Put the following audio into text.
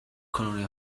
colony